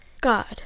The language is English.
God